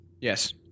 Yes